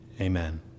Amen